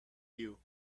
you